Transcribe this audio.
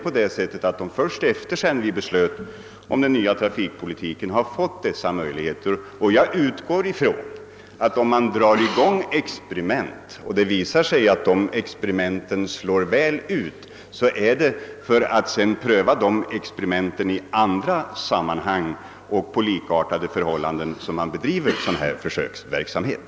Först sedan vi hade beslutat om den nya trafikpolitiken fick sålunda SJ sådana möjligheter. Om man drar i gång experiment som slår väl ut, så är det väl naturligt att man vidtar motsvarande åtgärder vid likartade förhållanden i andra sammanhang. Det är ju därför man bedriver försöksverksamhet.